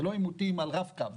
לא עימותים על רב קו,